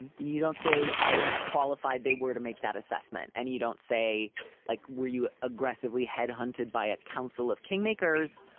and you don't say how qualified they were to make that assessment. and you don't say like, were you aggressively headhunted by a council of kingmakers?